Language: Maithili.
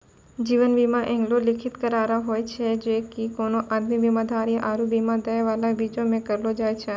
जीवन बीमा एगो लिखित करार होय छै जे कि कोनो आदमी, बीमाधारी आरु बीमा दै बाला के बीचो मे करलो जाय छै